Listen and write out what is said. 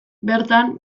bertan